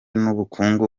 n’ubukungu